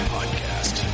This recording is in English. podcast